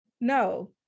No